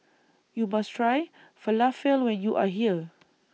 YOU must Try Falafel when YOU Are here